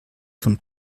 von